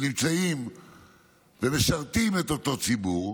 שנמצאים ומשרתים את אותו ציבור,